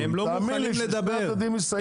תאמין לי ששני הצדדים יסיימו את זה.